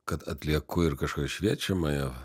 kad atlieku ir kažkokią šviečiamąją